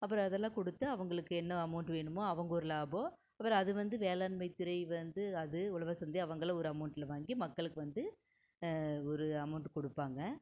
அப்றம் அதெல்லாம் கொடுத்து அவங்களுக்கு என்ன அமௌண்ட் வேணுமோ அவங்க ஒரு லாபம் அப்றம் அது வந்து வேளாண்மை துறை வந்து அது உழவர் சந்தை அவங்களும் ஒரு அமௌண்ட்டில் வாங்கி மக்களுக்கு வந்து ஒரு அமௌண்ட் கொடுப்பாங்க